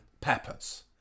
peppers